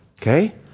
Okay